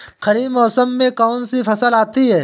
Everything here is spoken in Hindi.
खरीफ मौसम में कौनसी फसल आती हैं?